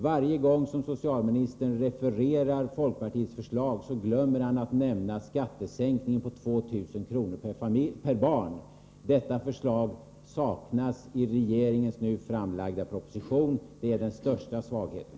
Varje gång som socialministern refererar folkpartiets förslag glömmer han att nämna skattesänkningen på 2 000 kr. per barn. Detta förslag saknas i regeringens nu framlagda proposition. Det är den största svagheten.